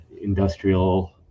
industrial